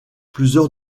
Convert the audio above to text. plusieurs